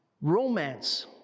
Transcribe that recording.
romance